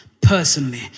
personally